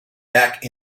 back